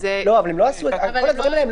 הם לא עשו את הכול.